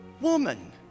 woman